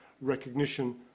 recognition